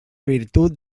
virtut